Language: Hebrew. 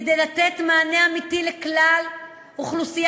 כדי לתת מענה אמיתי לכלל אוכלוסיית